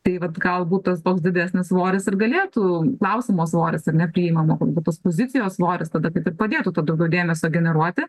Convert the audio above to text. tai vat galbūt tas toks didesnis svoris ir galėtų klausimo svoris ar ne priimamo galbūt tos pozicijos svoris tada kaip ir padėtų to daugiau dėmesio generuoti